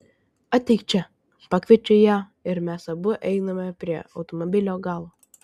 ateik čia pakviečiu ją ir mes abu einame prie automobilio galo